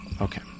Okay